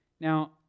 Now